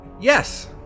Yes